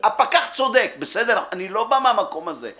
הפקח צודק, בסדר, אני לא בא מהמקום הזה.